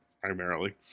primarily